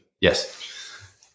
Yes